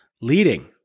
leading